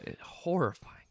horrifying